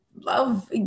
love